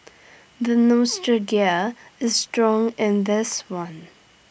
the nostalgia is strong in this one